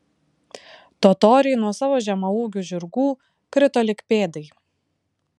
totoriai nuo savo žemaūgių žirgų krito lyg pėdai